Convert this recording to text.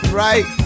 right